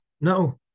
no